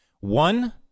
One